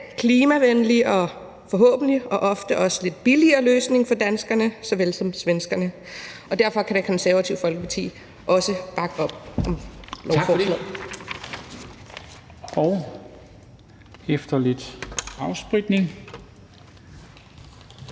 klimavenlig og forhåbentlig ofte også en lidt billigere løsning for danskerne såvel som svenskerne, og derfor kan Det Konservative Folkeparti også bakke op